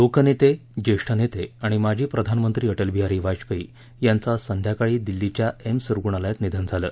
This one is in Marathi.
लोकनेते ज्येष्ठ नेते आणि माजी प्रधानमंत्री अटल बिहारी वाजपेयी यांचं आज संध्याकाळी दिल्लीच्या एम्स रुग्णालयात निधन झालं